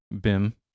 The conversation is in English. BIM